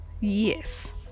Yes